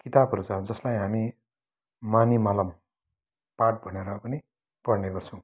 किताबहरू छ जसलाई हामी मनिमहलम पाठ भनेर पनि पढ्ने गर्छौँ